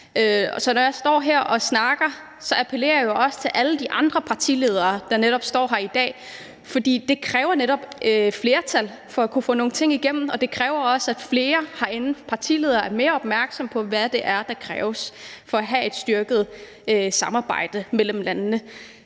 når jeg står her og snakker, appellerer jeg jo også til alle de andre partiledere, der er her i dag, for det kræver netop et flertal at kunne få nogle ting igennem, og det kræver også, at flere partiledere herinde er mere opmærksomme på, hvad det er, der kræves for at have et styrket samarbejde mellem landene.